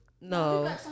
no